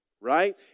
right